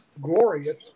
glorious